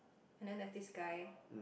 and then there's this guy